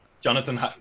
Jonathan